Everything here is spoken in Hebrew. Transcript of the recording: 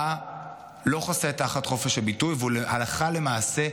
מה לא חוסה תחת חופש הביטוי והוא הלכה למעשה הסתה,